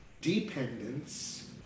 dependence